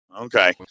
Okay